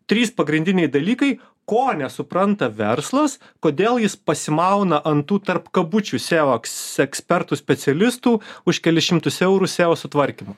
trys pagrindiniai dalykai ko nesupranta verslas kodėl jis pasimauna ant tų tarp kabučių seos ekspertų specialistų už kelis šimtus eurų seo sutvarkymo